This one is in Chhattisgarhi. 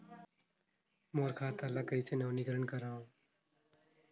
मोर खाता ल कइसे नवीनीकरण कराओ?